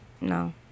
No